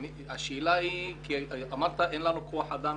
השאלה היא, אמרת שאין לכם כוח אדם.